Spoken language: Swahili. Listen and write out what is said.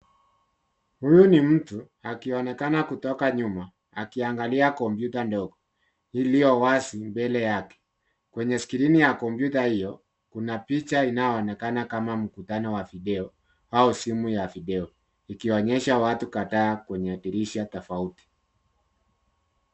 Huyu ni mtu akionekana kutoka nyuma akiangalia kompyuta ndogo iliowazi mbele yake. Kwenye skrini ya kompyuta hio kuna picha inaonekana kama mkutano wa video au simu ya video, ikionyesha watu kadhaa kwenye dirisha tofauti.